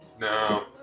No